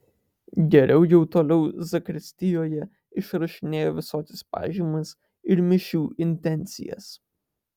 geriau jau toliau zakristijoje išrašinėja visokias pažymas ir mišių intencijas